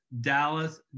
Dallas